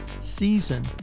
season